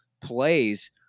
plays